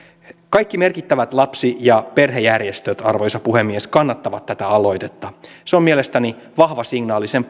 kaikki merkittävät lapsi ja perhejärjestöt arvoisa puhemies kannattavat tätä aloitetta se on mielestäni vahva signaali sen